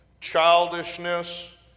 childishness